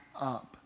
up